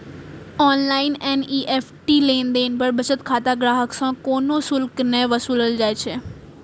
online NEFT लेनदेन पर बचत खाता ग्राहक सं कोनो शुल्क नै वसूलल जाइ छै